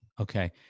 Okay